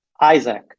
Isaac